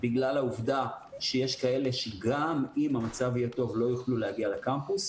בגלל העובדה שיש כאלה שגם אם המצב יהיה טוב לא יוכלו להגיע לקמפוס,